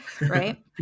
right